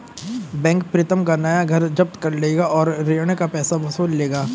bank Pritam का नया घर जब्त कर लेगा और ऋण का पैसा वसूल लेगा